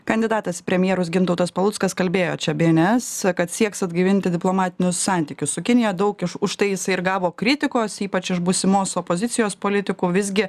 kandidatas į premjerus gintautas paluckas kalbėjo čia bns kad sieks atgaivinti diplomatinius santykius su kinija daug iš užtai jisai ir gavo kritikos ypač iš būsimos opozicijos politikų visgi